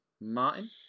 Martin